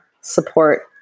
support